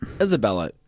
isabella